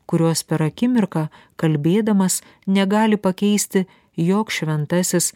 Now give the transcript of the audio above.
kurios per akimirką kalbėdamas negali pakeisti joks šventasis